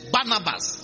Barnabas